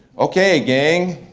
okay gang,